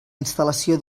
instal·lació